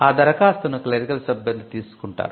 ఆ దరఖాస్తుని క్లరికల్ సిబ్బంది తీసుకుంటారు